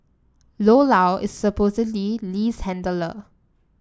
Lo Lao is supposedly Lee's handler